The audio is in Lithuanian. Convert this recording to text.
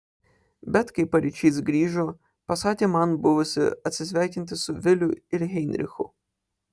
bet kai paryčiais grįžo pasakė man buvusi atsisveikinti su viliu ir heinrichu